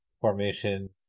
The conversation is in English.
formation